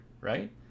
right